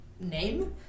name